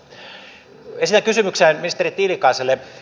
esitän kysymyksen ministeri tiilikaiselle